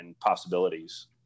possibilities